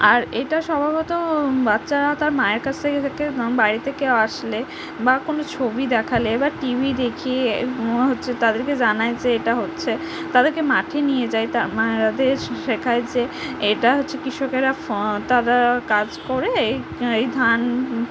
আর এটা স্বভাবত বাচ্চারা তার মায়ের কাছ থেকে শেখে ধরুন বাড়িতে কেউ আসলে বা কোনও ছবি দেখালে বা টিভি দেখিয়ে মনে হচ্ছে তাদেরকে জানাই যে এটা হচ্ছে তাদেরকে মাঠে নিয়ে যায় তার মায়েরা শেখায় যে এটা হচ্ছে কৃষকেরা তারা কাজ করে এই এই ধান